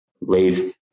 leave